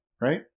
right